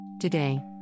Today